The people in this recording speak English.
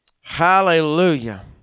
Hallelujah